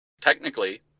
technically